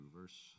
verse